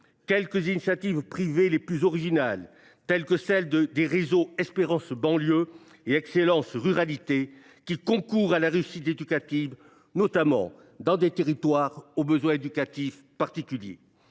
quelques initiatives privées originales, telles que les réseaux Espérance banlieues et Excellence ruralités, qui concourent à la réussite éducative, notamment dans des territoires aux besoins éducatifs particuliers.